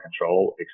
control